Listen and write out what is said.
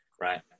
Right